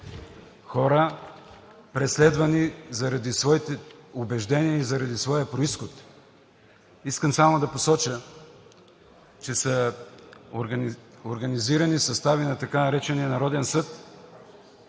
хора, преследвани заради своите убеждения и заради своя произход. Искам само да посоча, че са организирани състави на така наречения Народен съд.